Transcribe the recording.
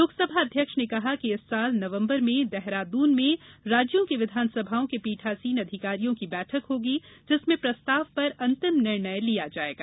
लोकसभा अध्यक्ष ने कहा कि इस वर्ष नवम्बर में देहरादून में राज्यों की विधानसभाओं के पीठासीन आधिकारियों की बैठक होगी जिसमें प्रस्ताव पर अंतिम निर्णय लिया जाएगा